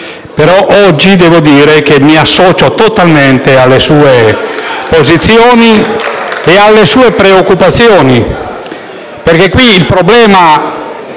però oggi devo dire che mi associo totalmente alle sue posizioni e alle sue preoccupazioni.